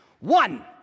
One